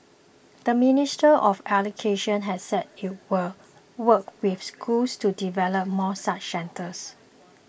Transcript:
the Ministry of Education has said it will work with schools to develop more such centres